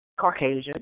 Caucasian